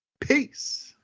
Peace